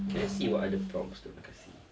okay let's see what other prompts dorang kasi